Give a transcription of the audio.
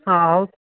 आहो